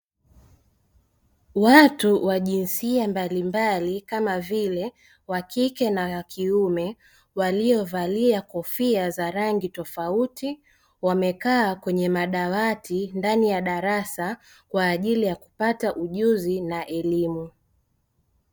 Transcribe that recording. Watu wa jinsia mbalimbali kama vile wakike na wakiume waliovalia kofia za rangi tofauti wamekaa kwenye madawati ndani ya darasa kwa ajili ya kupata ujuzi na elimu.